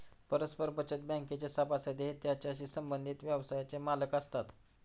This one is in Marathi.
परस्पर बचत बँकेचे सभासद हे त्याच्याशी संबंधित व्यवसायाचे मालक असतात